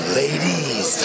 ladies